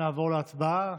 נעבור להצבעה.